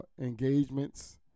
engagements